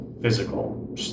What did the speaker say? physical